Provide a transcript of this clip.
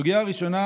הסוגיה הראשונה,